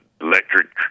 electric